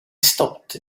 stopped